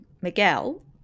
Miguel